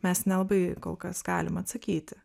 mes nelabai kol kas galim atsakyti